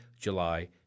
July